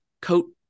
coat